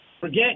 forget